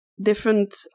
different